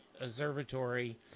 Observatory